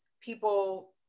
people